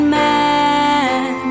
man